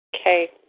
Okay